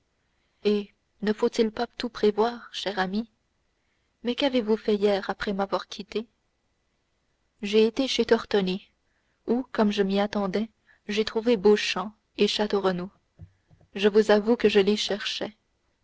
eh ne faut-il pas tout prévoir cher ami mais qu'avez-vous fait hier après m'avoir quitté j'ai été chez tortoni où comme je m'y attendais j'ai trouvé beauchamp et château renaud je vous avoue que je les cherchais